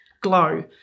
glow